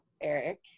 Eric